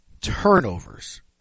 turnovers